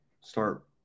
Start